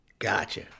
Gotcha